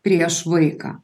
prieš vaiką